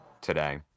today